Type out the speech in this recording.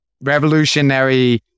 revolutionary